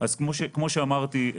כמו שאמרתי,